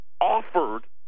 offered